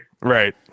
Right